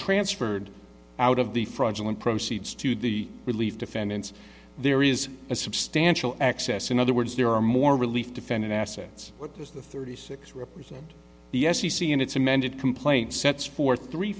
transferred out of the fraudulent proceeds to the relief defendants there is a substantial access in other words there are more relief defended assets what is the thirty six represent the f c c and its amended complaint sets forth three